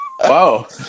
Wow